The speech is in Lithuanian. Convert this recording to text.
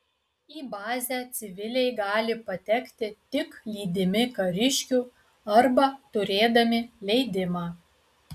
į bazę civiliai gali patekti tik lydimi kariškių arba turėdami leidimą